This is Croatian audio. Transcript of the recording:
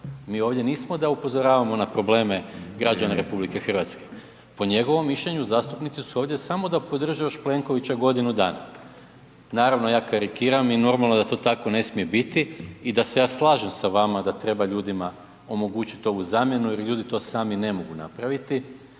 mi ovdje nismo da upozoravamo na probleme građana RH. Po njegovom mišljenju zastupnici su ovdje samo da podrže još Plenkovića godinu dana. Naravno ja karikiram i normalno da to tako ne smije biti i da se ja slažem sa vama da treba ljudima omogućit ovu zamjenu jer ljudi to sami ne mogu napraviti